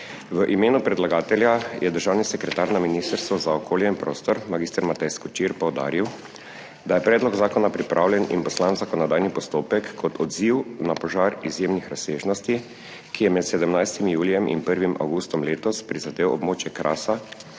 V imenu predlagatelja je državni sekretar na Ministrstvu za okolje in prostor mag. Matej Skočir poudaril, da je predlog zakona pripravljen in poslan v zakonodajni postopek kot odziv na požar izjemnih razsežnosti, ki je med 17. julijem in 1. avgustom letos prizadel območje Krasa